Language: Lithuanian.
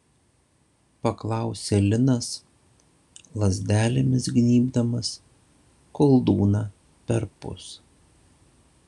paklausė linas lazdelėmis gnybdamas koldūną perpus